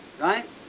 right